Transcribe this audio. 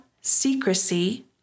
secrecy